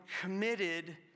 committed